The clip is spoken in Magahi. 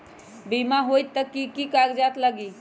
बिमा होई त कि की कागज़ात लगी?